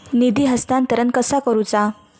निधी हस्तांतरण कसा करुचा?